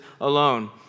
alone